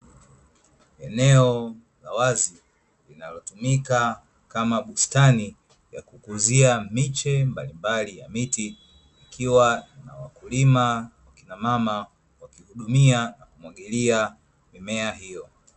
Eneo la wazi linalotumika kama bustani ya kukuzia miche mbalimbali ya miti, ikiwa na wakulima wakina mama wakihudumia na kumwagilia mimea hiyo.